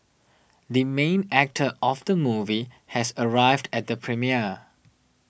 the main actor of the movie has arrived at the premiere